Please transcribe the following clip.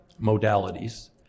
modalities